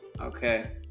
Okay